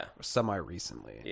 semi-recently